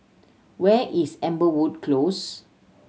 where is Amberwood Close